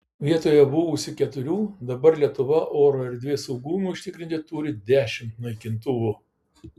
vietoje buvusių keturių dabar lietuva oro erdvės saugumui užtikrinti turi dešimt naikintuvų